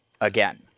again